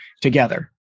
together